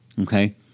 Okay